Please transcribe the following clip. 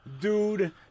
Dude